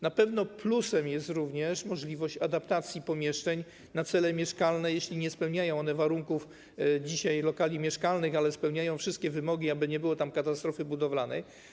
Na pewno plusem jest również możliwość adaptacji pomieszczeń na cele mieszkalne, jeśli dzisiaj nie spełniają one warunków lokali mieszkalnych, ale spełniają wszystkie wymogi, aby nie doszło tam do katastrofy budowlanej.